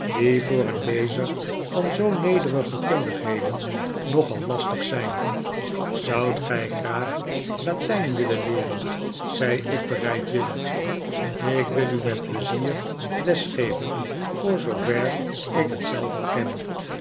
voor een lezer van zoo nederige kundigheden nogal lastig zijn zoudt gij graag latijn willen leeren zei ik bereidwillig ik wil u met pleizier les geven voor zoover ik het zelf al ken